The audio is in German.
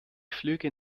flüge